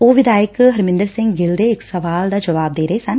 ਉਹ ਵਿਧਾਇਕ ਹਰਮਿੰਦਰ ਸਿੰਘ ਗਿੱਲ ਦੇ ਇੱਕ ਸਵਾਲ ਦਾ ਜ਼ਵਾਬ ਦੇ ਰਹੇ ਸਨ